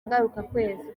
ngarukakwezi